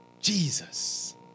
Jesus